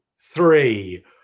three